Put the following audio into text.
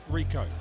Rico